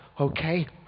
Okay